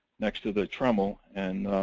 next to the trommel and